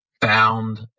Found